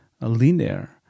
linear